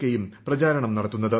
കെയും പ്രചാരണം നടത്തുന്ന ത്